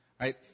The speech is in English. right